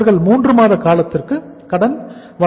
அவர்கள் 3 மாத காலத்திற்கு கடன் வழங்குவார்கள்